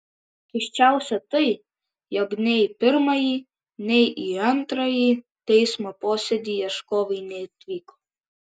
keisčiausia tai jog nei į pirmąjį nei į antrąjį teismo posėdį ieškovai neatvyko